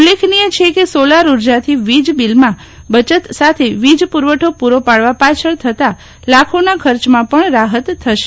ઉલ્લેખનીય છે કે સોલાર ઉર્જા થી વિજ બિલ માં બચત સાથે વિજ પુરવઠો પૂરો પાડવા પાછળ થતા લાખોના ખર્ચમાં પણ રાહ્ત થશે